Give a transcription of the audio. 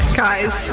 guys